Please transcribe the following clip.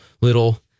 little